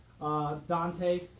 Dante